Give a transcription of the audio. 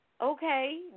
okay